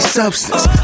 substance